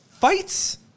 fights